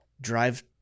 drive